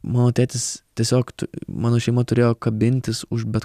mano tėtis tiesiog mano šeima turėjo kabintis už bet